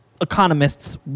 economists